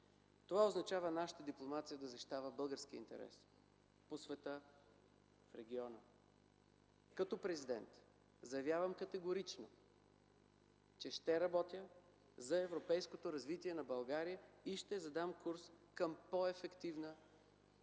Това означава нашата дипломация да защитава българския интерес по света, в региона. Като президент заявявам категорично, че ще работя за европейското развитие на България и ще задам курс към по-ефективна и